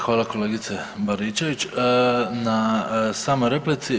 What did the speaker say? Hvala kolegice Baričević na samoj replici.